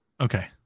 Okay